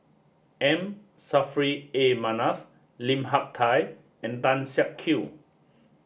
M Saffri A Manaf Lim Hak Tai and Tan Siak Kew